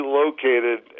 located